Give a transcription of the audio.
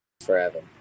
forever